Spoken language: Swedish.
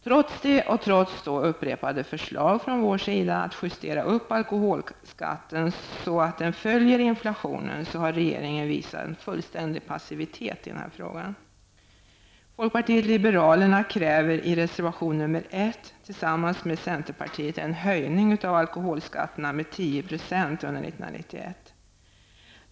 Trots detta och trots upprepade förslag från oss om att justera upp alkoholskatten så att den följer inflationen, har regeringen visat fullständig passivitet i denna fråga. tillsammans med centerpartiet en höjning av alkoholskatterna med 10 % under 1991.